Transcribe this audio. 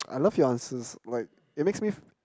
I love your answers like it makes likes me